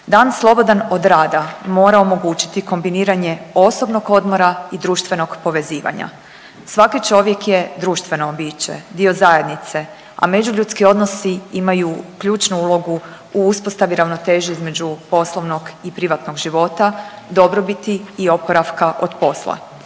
Dan slobodan od rada mora omogućiti kombiniranje osobnog odmora i društvenog povezivanja, svaki čovjek je društveno biće, dio zajednice, a međuljudski odnosi imaju ključnu ulogu u uspostavi ravnoteže između poslovnog i privatnog života, dobrobiti i oporavka od posla.